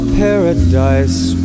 paradise